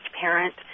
parent